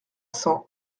cents